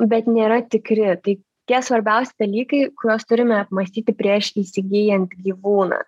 bet nėra tikri tai tie svarbiausi dalykai kuriuos turime apmąstyti prieš įsigyjant gyvūną